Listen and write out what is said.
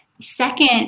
second